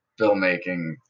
filmmaking